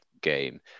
game